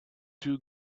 two